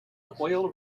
oil